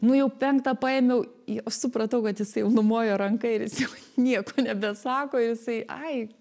nu jau penktą paėmiau jau supratau kad jisai jau numojo ranka ir jis jau nieko nebesako jisai ai